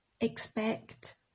expect